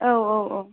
औ औ औ